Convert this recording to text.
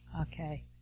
Okay